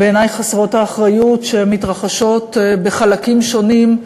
בעיני חסרות האחריות, שמתרחשות בחלקים שונים,